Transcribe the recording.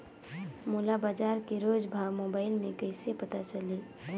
मोला बजार के रोज भाव मोबाइल मे कइसे पता चलही?